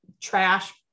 trash